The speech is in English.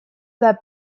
that